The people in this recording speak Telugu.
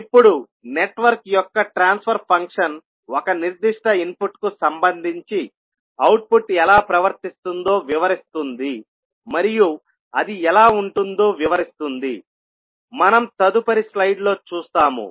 ఇప్పుడు నెట్వర్క్ యొక్క ట్రాన్స్ఫర్ ఫంక్షన్ ఒక నిర్దిష్ట ఇన్పుట్కు సంబంధించి అవుట్పుట్ ఎలా ప్రవర్తిస్తుందో వివరిస్తుంది మరియు అది ఎలా ఉంటుందో వివరిస్తుంది మనం తదుపరి స్లైడ్లో చూస్తాము